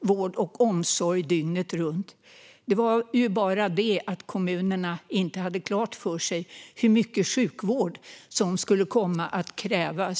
vård och omsorg dygnet runt. Det var bara det att kommunerna inte hade klart för sig hur mycket sjukvård som skulle komma att krävas.